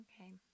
Okay